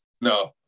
no